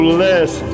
less